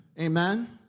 Amen